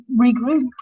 regroup